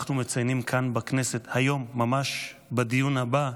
אנחנו מציינים כאן בכנסת היום, ממש בדיון הבא,